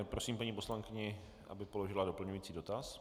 Prosím paní poslankyni, aby položila doplňující dotaz.